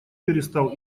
перестал